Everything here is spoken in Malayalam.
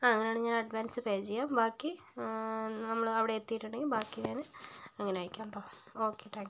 ആ അങ്ങനെ ആണെങ്കിൽ ഞാൻ അഡ്വാൻസ് പേ ചെയ്യാം ബാക്കി നമ്മള് അവിടെ എത്തിയിട്ടുണ്ടെങ്കി ബാക്കി ഞാന് അങ്ങനെ അയയ്ക്കാം കെട്ടോ ഓക്കെ താങ്ക്യൂ